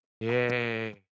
Yay